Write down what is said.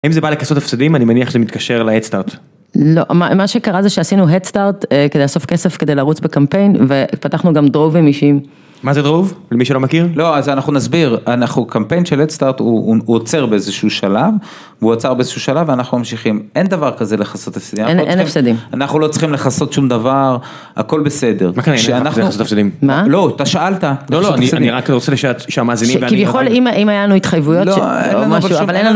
אם זה בא לכסות הפסדים, אני מניח זה מתקשר ל-Headstart. לא, מה מה שקרה זה שעשינו-Headstart, כדי לאסוף כסף, כדי לרוץ בקמפיין, ופתחנו גם דרובים אישיים. מה זה דרוב? למי שלא מכיר? לא, אז אנחנו נסביר, אנחנו קמפיין של-Headstart, הוא הוא עוצר באיזשהו שלב. והוא עצר באיזשהו שלב ואנחנו ממשיכים, אין דבר כזה לכסות הפסדים. אין אין הפסדים. אנחנו לא צריכים לכסות שום דבר, הכל בסדר. מה כנראה, אין לך כסות הפסדים? מה? לא, אתה שאלת. לא, לא, אני רק רוצה שהמאזינים ואני נבין. כביכול, אם היינו התחייבויות של משהו, אבל אין לנו...